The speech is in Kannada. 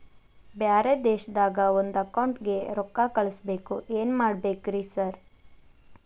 ಬ್ಯಾರೆ ದೇಶದಾಗ ಒಂದ್ ಅಕೌಂಟ್ ಗೆ ರೊಕ್ಕಾ ಕಳ್ಸ್ ಬೇಕು ಏನ್ ಮಾಡ್ಬೇಕ್ರಿ ಸರ್?